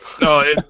No